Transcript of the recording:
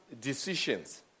decisions